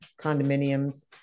condominiums